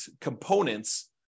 components